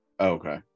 Okay